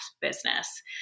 business